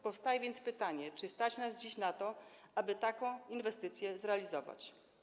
Powstaje więc pytanie: Czy stać nas dziś na to, aby taką inwestycję zrealizować?